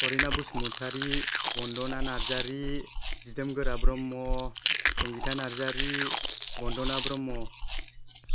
करिना बसुमातारि बन्दना नार्जारि दिदोमगोरा ब्रह्म संगिता नार्जारि बन्दना ब्रह्म